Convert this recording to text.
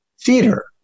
theater